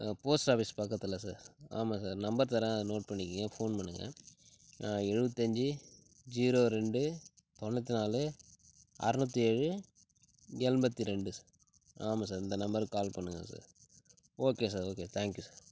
post office பக்கத்தில் sir ஆமாம் sir number தரேன் அதை நோட் பண்ணிக்கோங்க ஃபோன் பண்ணுங்கள் எழுபத்தஞ்சு ஜீரோ ரெண்டு தொண்ணூற்று நாலு அறநூற்று ஏழு எண்பத்தி ரெண்டு ஸ் ஆமாம் சார் இந்த நம்பர்க்கு கால் பண்ணுங்கள் sir okay sir okay thank you sir